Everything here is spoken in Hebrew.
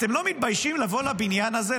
אתם לא מתביישים לבוא לבניין הזה,